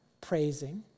praising